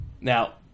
Now